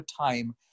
time